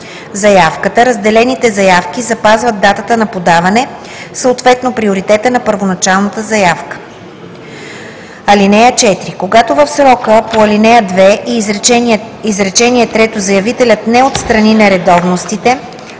заявката, разделените заявки запазват датата на подаване, съответно приоритета на първоначалната заявка. (4) Когато в срока по ал. 2, изречение трето, заявителят не отстрани нередовностите,